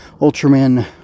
Ultraman